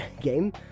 game